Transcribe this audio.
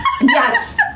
Yes